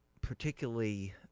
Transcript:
particularly